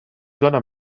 gonna